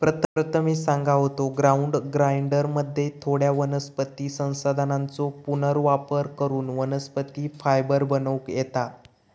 प्रथमेश सांगा होतो, ग्राउंड ग्राइंडरमध्ये थोड्या वनस्पती संसाधनांचो पुनर्वापर करून वनस्पती फायबर बनवूक येता